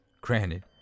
granted